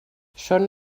són